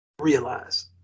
realize